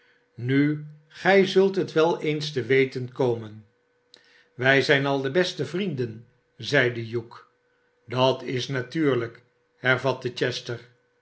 nu gij zult het wel eens te weten komen swij zijn al beste vrienden zeide hugh sdat is natuurlijv hervatte chester